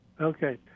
Okay